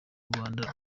rwanda